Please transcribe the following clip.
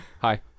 Hi